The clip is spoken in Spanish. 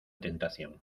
tentación